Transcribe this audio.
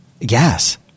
Yes